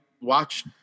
watch